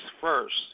first